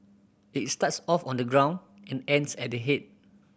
it starts off on the ground and ends at the head